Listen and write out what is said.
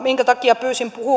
minkä takia pyysin